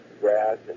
grass